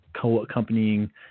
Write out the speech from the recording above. co-accompanying